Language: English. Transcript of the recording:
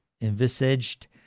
envisaged